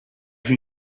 can